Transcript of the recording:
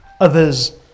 Others